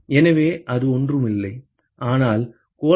எனவே அது ஒன்றும் இல்லை ஆனால் கோளத்தின் பரப்பளவில் A2